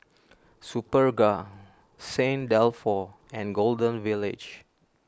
Superga Saint Dalfour and Golden Village